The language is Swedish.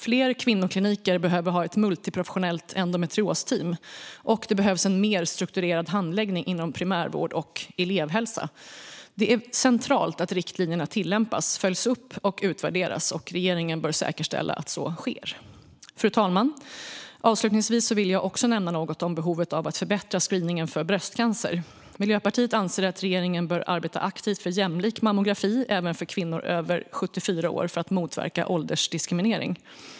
Fler kvinnokliniker behöver ha ett multiprofessionellt endometriosteam, och det behövs en mer strukturerad handläggning inom primärvård och elevhälsa. Det är centralt att riktlinjerna tillämpas, följs upp och utvärderas. Och regeringen bör säkerställa att så sker. Fru talman! Avslutningsvis vill jag nämna behovet av att förbättra screeningen för bröstcancer. Miljöpartiet anser att regeringen bör arbeta aktivt för jämlik mammografi även för kvinnor över 74 år för att motverka åldersdiskriminering.